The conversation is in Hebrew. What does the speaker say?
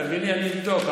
תביאי לי ואני אבדוק,